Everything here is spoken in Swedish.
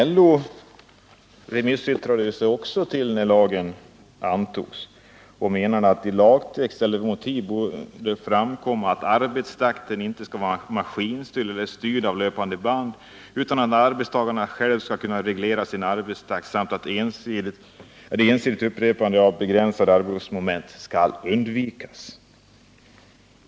LO menade i sitt remissyttrande innan lagen antogs att det i lagtext eller motiv bör framkomma att arbetstakten inte skall vara maskinstyrd eller styrd av löpande band, utan att arbetstagaren själv skall kunna reglera sin arbetstakt samt att ensidigt upprepande av begränsade arbetsmoment skall undvikas.